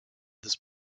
this